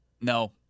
No